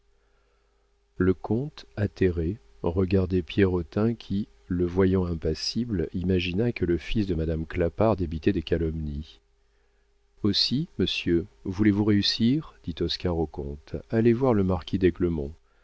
le comte atterré regardait pierrotin qui le voyant impassible imagina que le fils de madame clapart débitait des calomnies aussi monsieur voulez-vous réussir dit oscar au comte allez voir le marquis